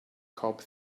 cobb